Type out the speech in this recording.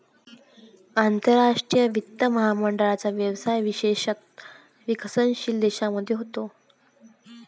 आंतरराष्ट्रीय वित्त महामंडळाचा व्यवसाय विशेषतः विकसनशील देशांमध्ये होतो